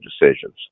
decisions